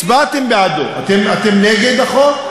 הצבעתם בעדו, אתם נגד החוק?